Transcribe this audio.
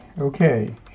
Okay